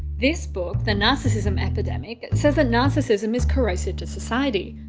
this book the narcissism epidemic says that narcissism is corrosive to society.